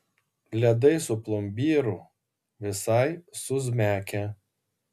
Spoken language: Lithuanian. ledai su plombyru visai suzmekę